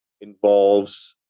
involves